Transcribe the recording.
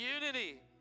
unity